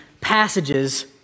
passages